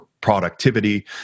productivity